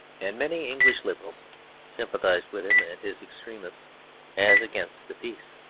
and many english liberals sympathised with him and his extremists as against the peace.